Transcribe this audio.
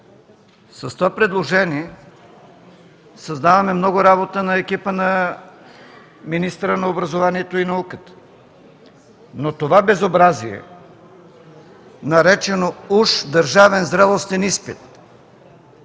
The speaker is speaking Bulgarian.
с това предложение създаваме много работа на екипа на министъра на образованието и науката, но това безобразие, наречено уж „държавен зрелостен изпит”,